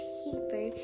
paper